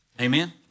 Amen